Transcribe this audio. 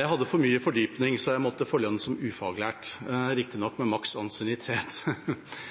jeg hadde for mye fordypning, så jeg måtte få lønn som ufaglært, riktignok med